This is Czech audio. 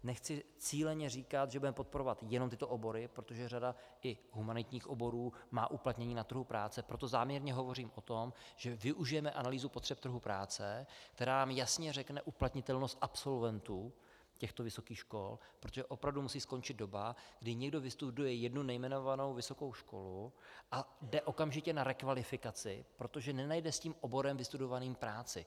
Nechci cíleně říkat, že budeme podporovat jenom tyto obory, protože řada i humanitních oborů má uplatnění na trhu práce, proto záměrně hovořím o tom, že využijeme analýzu potřeb trhu práce, která nám jasně řekne uplatnitelnost absolventů těchto vysokých škol, protože opravdu musí skončit doba, kdy někdo vystuduje jednu nejmenovanou vysokou školu a jde okamžitě na rekvalifikaci, protože nenajde s tím vystudovaným oborem práci.